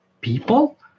people